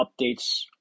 updates